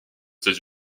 états